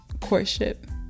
courtship